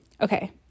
Okay